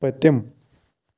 پٔتِم